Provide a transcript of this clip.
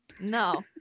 No